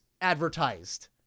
advertised